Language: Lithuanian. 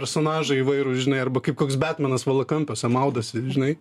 personažai įvairūs žinai arba kaip koks betmanas valakampiuose maudosi žinai